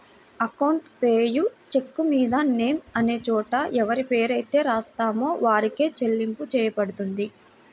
account payee చెక్కుమీద name అనే చోట ఎవరిపేరైతే రాత్తామో వారికే చెల్లింపు చెయ్యబడుతుంది